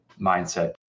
mindset